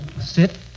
Sit